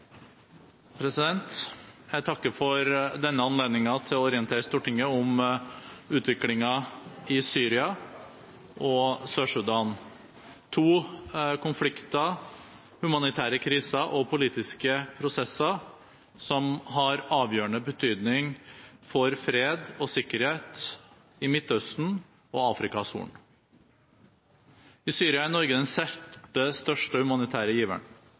to konflikter, humanitære kriser og politiske prosesser som har avgjørende betydning for fred og sikkerhet i Midtøsten og Afrikas Horn. I Syria er Norge den sjette største humanitære giveren.